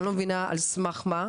אני לא מבינה על סמך מה,